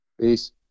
peace